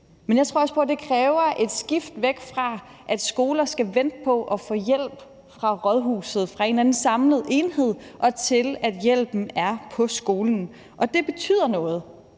Men jeg tror også på, at det kræver et skift væk fra, at skolerne skal vente på at få hjælp fra rådhuset, fra en eller anden samlet enhed, og til, at hjælpen er på skolen. Det betyder noget,